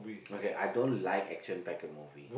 okay I don't like action packed movie